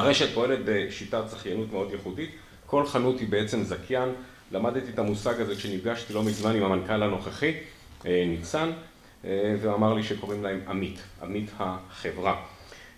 הרשת פועלת בשיטת זכיינות מאוד ייחודית, כל חנות היא בעצם זכיין, למדתי את המושג הזה כשנפגשתי לא מזמן עם המנכ״ל הנוכחי, עם ניצן, והוא אמר לי שקוראים להם עמית, עמית החברה.